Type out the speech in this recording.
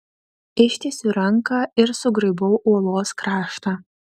ištiesiu ranką ir sugraibau uolos kraštą